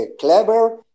clever